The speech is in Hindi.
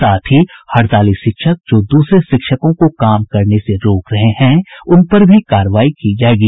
साथ ही हड़ताली शिक्षक जो दूसरे शिक्षकों को काम करने से रोक रहे हैं उनपर भी कार्रवाई की जायेगी